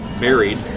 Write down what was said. married